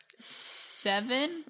seven